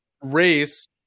race